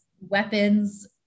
weapons